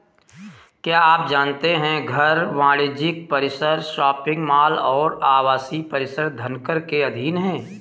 क्या आप जानते है घर, वाणिज्यिक परिसर, शॉपिंग मॉल और आवासीय परिसर धनकर के अधीन हैं?